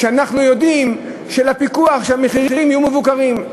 שאנחנו יודעים, פיקוח, שהמחירים יהיו מבוקרים.